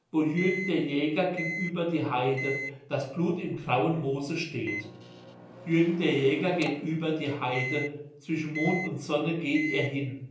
jürgen der jäger ging über die heide das blut im grauen moose steht jürgen der jäger geht über die heide zwischen mond und sonne geht er hin